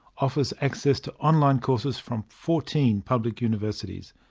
offers access to online courses from fourteen public universities,